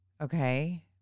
Okay